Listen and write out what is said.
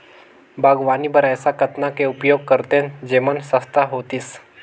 बागवानी बर ऐसा कतना के उपयोग करतेन जेमन सस्ता होतीस?